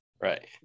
right